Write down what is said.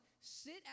sit